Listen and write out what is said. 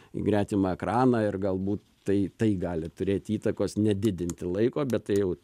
į gretimą ekraną ir galbūt tai tai gali turėti įtakos nedidinti laiko bet tai jau